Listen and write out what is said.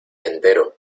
entero